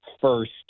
first